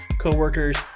coworkers